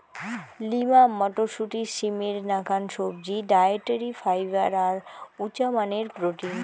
lima মটরশুঁটি, সিমের নাকান সবজি, ডায়েটরি ফাইবার আর উচামানের প্রোটিন